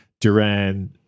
Duran